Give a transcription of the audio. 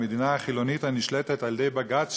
המדינה החילונית הנשלטת על-ידי בג"ץ,